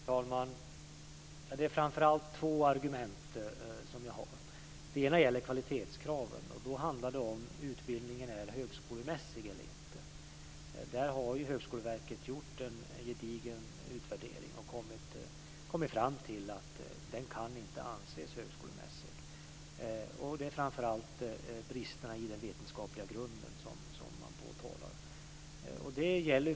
Fru talman! Jag har framför allt två argument. Det ena gäller kvalitetskraven. Då handlar det om huruvida utbildningen är högskolemässig eller inte. Högskoleverket har gjort en gedigen utvärdering och kommit fram till att den inte kan anses högskolemässig. Det är framför allt bristerna i den vetenskapliga grunden som man påtalar.